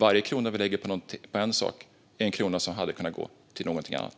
Varje krona som vi lägger på en sak är en krona som hade kunnat gå till någonting annat.